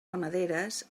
ramaderes